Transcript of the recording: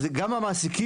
אז גם המעסיקים,